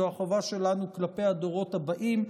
זו החובה שלנו כלפי הדורות הבאים,